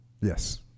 Yes